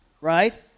Right